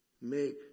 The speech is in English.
make